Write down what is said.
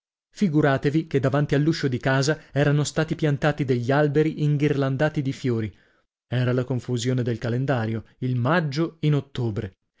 figuratevi che davanti all'uscio di casa erano stati piantati degli alberi inghirlandati di fiori era la confusione del calendario il maggio in ottobre